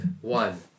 one